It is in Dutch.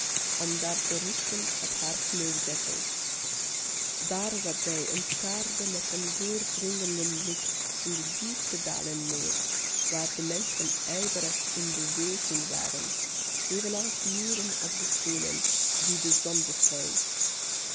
om daar te rusten op haar sneeuwzetel daar zat zij en staarde met een doordringenden blik in de diepste dalen neer waar de menschen ijverig in beweging waren evenals mieren op de steenen die de zon